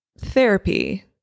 therapy